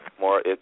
more –